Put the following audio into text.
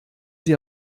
sie